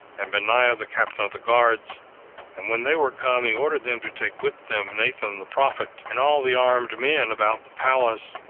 and benaiah the captain of the guards and when they were come, he ordered them to take with them nathan the prophet, and all the armed men about the palace,